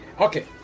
Okay